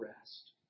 rest